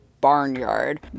barnyard